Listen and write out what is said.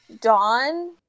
Dawn